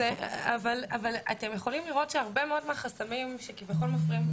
אבל אתם יכולים לראות שהרבה מאוד מהחסמים שכביכול מפריעים